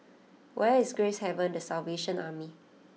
where is Gracehaven the Salvation Army